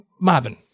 Marvin